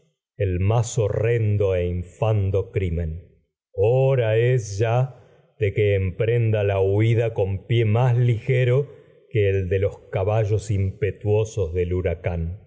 el más horrendo infando crimen hora ya de que emprenda la huida ballos con pie más ligero que el de los ca pues impetuosos del se huracán